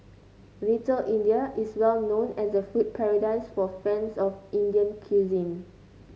Little India is well known as a food paradise for fans of Indian cuisine